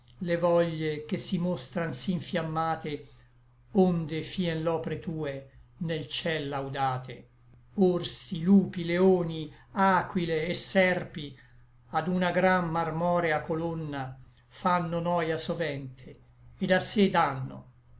le voglie che si mostran sí nfiammate onde fien l'opre tue nel ciel laudate orsi lupi leoni aquile et serpi ad una gran marmorea colomna fanno noia sovente et a sé danno